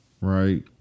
right